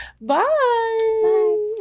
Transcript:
Bye